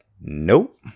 nope